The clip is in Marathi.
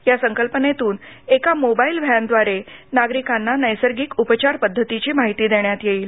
या संकल्पनेतून एका मोबाईल व्हस्त्रिारे नागरिकांना नैसर्गिक उपचार पद्धतीची माहिती देण्यात येईल